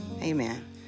amen